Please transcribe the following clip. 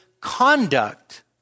conduct